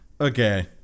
Okay